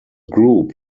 group